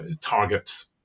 targets